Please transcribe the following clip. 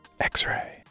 X-ray